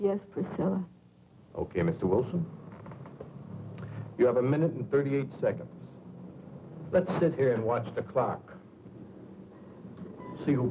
please ok mr wilson you have a minute and thirty eight seconds but sit here and watch the clock se